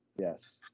Yes